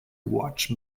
watch